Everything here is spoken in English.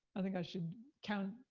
i think i should count,